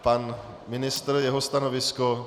Pan ministr jeho stanovisko?